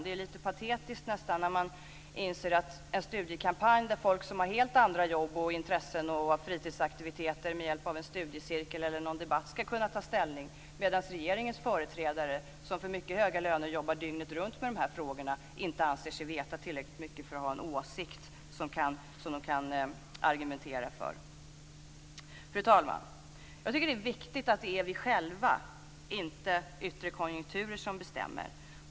Det bli nästan lite patetiskt när man inser att folk som har helt olika jobb, intressen och fritidsaktiviteter med hjälp av en studiecirkel eller en debatt ska kunna ta ställning i en studiekampanj, medan regeringens företrädare som för mycket höga löner jobbar dygnet runt med de här frågorna inte anser sig veta tillräckligt mycket för att ha en åsikt som de kan argumentera för. Fru talman! Jag tycker att det är viktigt att det är vi själva, inte yttre konjunkturer, som bestämmer.